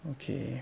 okay